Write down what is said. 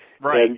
Right